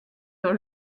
dans